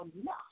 enough